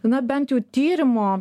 na bent jau tyrimo